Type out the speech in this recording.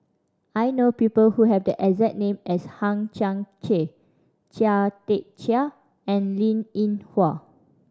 I know people who have the exact name as Hang Chang Chieh Chia Tee Chiak and Linn In Hua